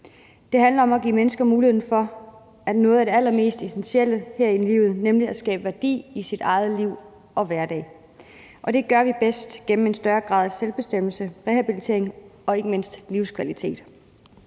Det handler om at give mennesker mulighed for noget af det allermest essentielle her i livet, nemlig at skabe værdi i sit eget liv og sin egen hverdag. Og det gør vi bedst gennem en større grad af selvbestemmelse, rehabilitering og ikke mindst livskvalitet.